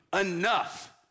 enough